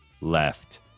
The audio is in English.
left